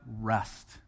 rest